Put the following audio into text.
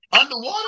Underwater